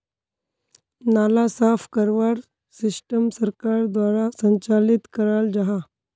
नाला साफ करवार सिस्टम सरकार द्वारा संचालित कराल जहा?